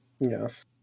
yes